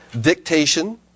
Dictation